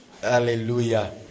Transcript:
Hallelujah